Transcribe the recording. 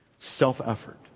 Self-effort